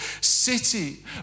city